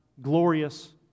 glorious